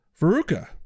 Veruca